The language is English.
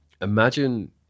Imagine